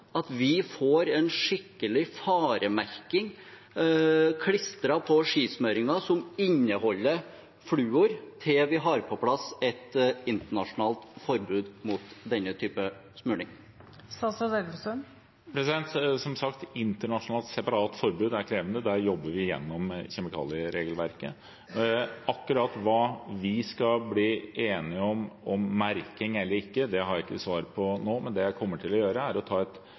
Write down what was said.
at vi får en skikkelig faremerking klistret på skismøringen som inneholder fluor, til vi har på plass et internasjonalt forbud mot denne type smøring? Som sagt er et internasjonalt, separat forbud krevende. Der jobber vi gjennom kjemikalieregelverket. Akkurat hva vi skal bli enige om – merking eller ikke – har jeg ikke svar på nå, men det jeg kommer til å gjøre, er å ta